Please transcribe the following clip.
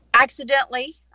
Accidentally